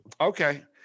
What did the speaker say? Okay